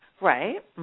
Right